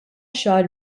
xahar